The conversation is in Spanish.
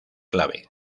clave